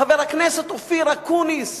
חבר הכנסת אופיר אקוניס,